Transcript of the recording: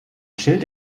schild